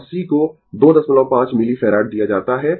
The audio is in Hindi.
और C को 25 मिलीफैराड दिया जाता है